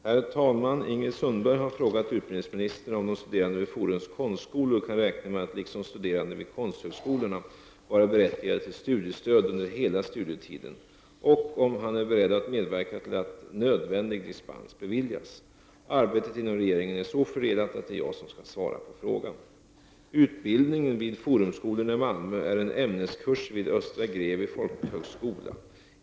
Herr talman! Ingrid Sundberg har frågat utbildningsministern om de studerande vid Forums konstskolor kan räkna med att, liksom studerande vid konsthögskolorna, vara berättigade till studiestöd under hela studietiden, och om han är beredd att medverka till att nödvändig dispens beviljas. Arbetet inom regeringen är så fördelat att det är jag som skall svara på frågan. Utbildningen vid Forumskolorna i Malmö är en ämneskurs vid Östra Grevie folkhögskola.